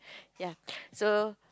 ya so